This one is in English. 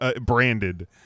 branded